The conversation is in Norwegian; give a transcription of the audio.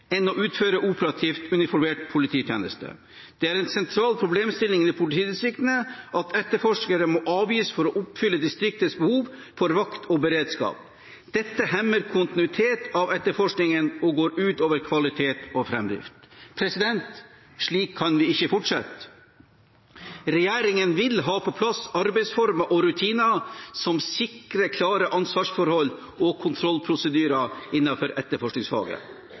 enn det å utføre operativ uniformert polititjeneste. Det er en sentral problemstilling i politidistriktene at etterforskere oftere må avgis for å oppfylle distriktets behov for vakt og beredskap. Dette hemmer kontinuitet av etterforskningen og går ut over kvalitet og fremdrift.» Slik kan vi ikke fortsette. Regjeringen vil ha på plass arbeidsformer og rutiner som sikrer klare ansvarsforhold og kontrollprosedyrer innenfor etterforskningsfaget.